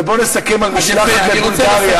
ובוא נסכם על משלחת לבולגריה,